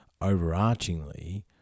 overarchingly